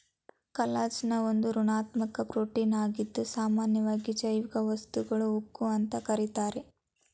collagen ಒಂದು ರಚನಾತ್ಮಕ ಪ್ರೋಟೀನಾಗಿದ್ದು ಸಾಮನ್ಯವಾಗಿ ಜೈವಿಕ ವಸ್ತುಗಳ ಉಕ್ಕು ಅಂತ ಕರೀತಾರೆ